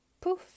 Poof